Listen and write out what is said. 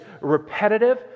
repetitive